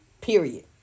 period